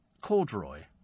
corduroy